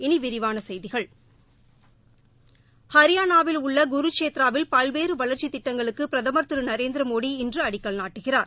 இனி விரிவான செய்திகள் ஹரியானாவில் உள்ள குருக்ஷேத்ராவில் பல்வேறு வளர்ச்சித் திட்டங்களுக்கு பிரதமர் திரு நரேந்திர மோடி இன்று அடிக்கல் நாட்டுகிறார்